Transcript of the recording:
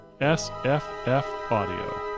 sffaudio